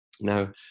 Now